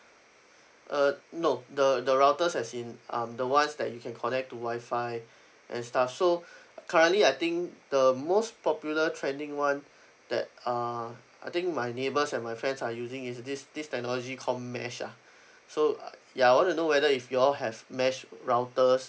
uh no the the routers as in um the ones that you can connect to wifi and stuff so currently I think the most popular trending one that uh I think my neighbors and my friends are using is this this technology call mesh ah so uh ya I want to know whether if you all have mesh routers